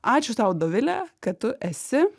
ačiū tau dovile kad tu esi